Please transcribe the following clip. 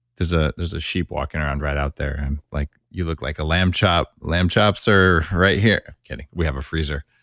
there's ah there's a sheep walking around right out there and like you look like a lamb chop, lamb chops are right here. kidding. we have a freezer.